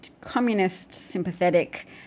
communist-sympathetic